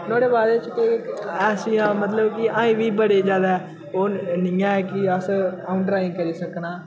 नोहाड़े बाद च कोई ऐसियां मतलब कि अजें बी बड़े ज्यादा ओह् नि ऐ कि अस अ'ऊं ड्राइंग करी सकनां